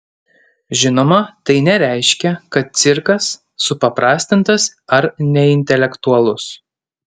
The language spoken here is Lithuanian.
žinoma tai nereiškia kad cirkas supaprastintas ar neintelektualus